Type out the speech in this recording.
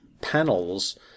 panels